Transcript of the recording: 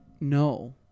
No